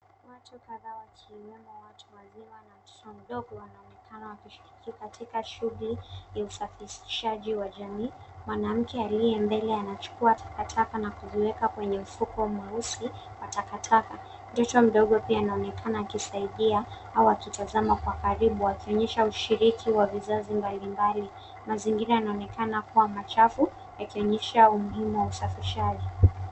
Watu kadhaa wakiinama, watu wazima na mtoto mdogo wanaonekana wakishiriki katika shuguli ya usafishaji wa jamii. Mwanamke aliye mbele anachukua takataka na kuziweka kwenye mfuko mweusi wa takataka. Mtoto mdogo pia anaonekana akisaidia au akitazama kwa karibu, akionyesha ushiriki ya vizazi mbali mbali. Mazingira yanaonekana kua machafu, yakionyesha umuhimu wa usafi.